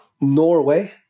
Norway